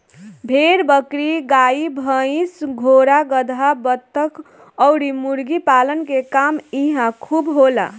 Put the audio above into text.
भेड़ बकरी, गाई भइस, घोड़ा गदहा, बतख अउरी मुर्गी पालन के काम इहां खूब होला